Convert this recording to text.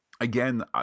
Again